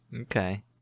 Okay